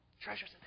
treasures